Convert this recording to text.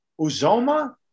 Uzoma